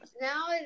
now